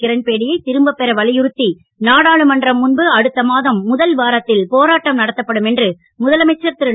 கிரண்பேடி யைத் திரும்பப் பெற வலியுறுத்தி நாடாளுமன்றம் முன்பு அடுத்த மாதம் முதல் வாரத்தில் போராட்டம் நடத்தப்படும் என்று முதலமைச்சர் திகுரு